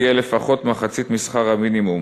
יהיה לפחות מחצית משכר המינימום.